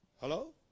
Hello